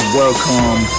welcome